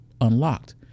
unlocked